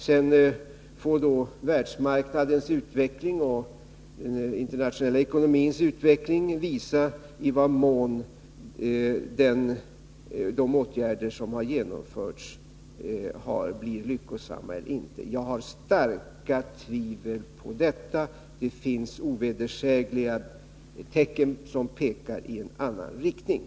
Sedan får världsmarknadens utveckling och den internationella ekonomins utveckling visa i vad mån de & åtgärder som har genomförts har blivit lyckosamma eller inte. Jag har starka tvivel på detta — det finns ovedersägliga tecken som pekar i en annan riktning.